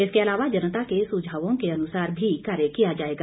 इसके अलावा जनता के सुझावों के अनुसार भी कार्य किया जाएगा